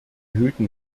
hüten